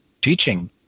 teaching